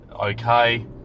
okay